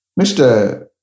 Mr